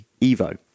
evo